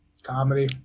comedy